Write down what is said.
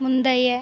முந்தைய